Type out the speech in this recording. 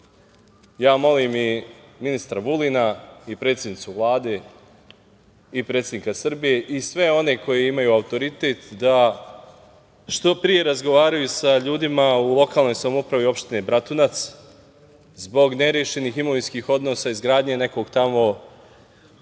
zaživeo. Molim i ministra Vulina, i predsednicu Vlade, i predsednika Srbije, i sve one koji imaju autoritet da što pre razgovaraju sa ljudima u lokalnoj samoupravi opštine Bratunac, zbog nerešenih imovinskih odnosa, izgradnje nekog tamo,